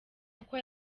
kuko